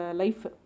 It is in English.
life